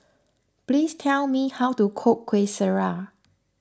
please tell me how to cook Kueh Syara